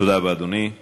תודה רבה, אדוני.